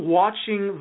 watching